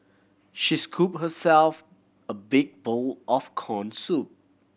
she scooped herself a big bowl of corn soup